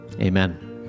Amen